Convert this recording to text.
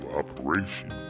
operation